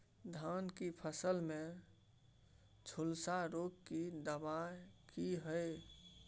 धान की फसल में झुलसा रोग की दबाय की हय?